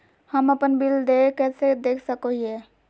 हम अपन बिल देय कैसे देख सको हियै?